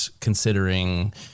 considering